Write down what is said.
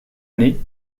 année